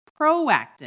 proactive